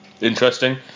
Interesting